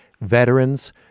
veterans